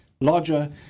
larger